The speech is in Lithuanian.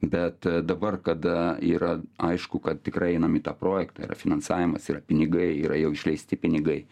bet dabar kada yra aišku kad tikrai einam į tą projektą yra finansavimas yra pinigai yra jau išleisti pinigai